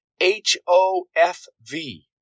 H-O-F-V